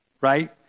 right